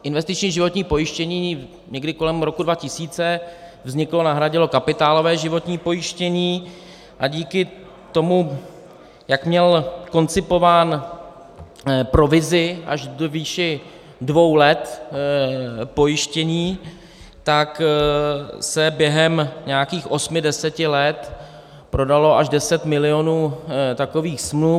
Investiční životní pojištění někdy kolem roku 2000 vzniklo, nahradilo kapitálové životní pojištění a díky tomu, jak měl koncipován provizi až do výše dvou let pojištění, tak se během nějakých osm deset let prodalo až 10 milionů takových smluv.